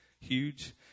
huge